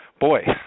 boy